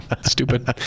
Stupid